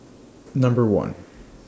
Number one